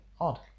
Odd